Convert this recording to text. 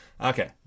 Okay